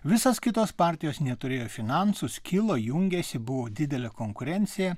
visos kitos partijos neturėjo finansų skilo jungėsi buvo didelė konkurencija